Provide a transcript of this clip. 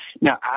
Now